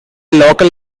local